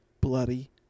bloody